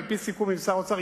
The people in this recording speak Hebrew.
על-פי סיכום עם שר האוצר,